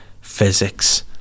physics